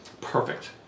perfect